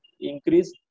increase